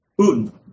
Putin